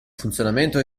funzionamento